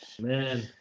Man